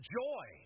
joy